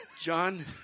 John